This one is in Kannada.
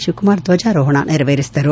ಶಿವಕುಮಾರ್ ಧ್ವಜಾರೋಹಣ ನೆರವೇರಿಸಿದರು